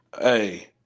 Hey